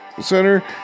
Center